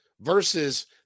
versus